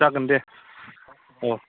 जागोन दे औ